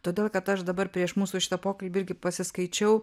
todėl kad aš dabar prieš mūsų šitą pokalbį irgi pasiskaičiau